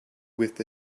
with